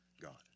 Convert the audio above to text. God